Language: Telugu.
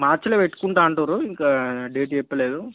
మార్చ్లో పెట్టుకుంటాను అంటున్నారు ఇంకా డేట్ చెప్పలేదు